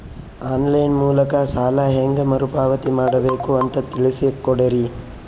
On line ಮೂಲಕ ಸಾಲ ಹೇಂಗ ಮರುಪಾವತಿ ಮಾಡಬೇಕು ಅಂತ ತಿಳಿಸ ಕೊಡರಿ?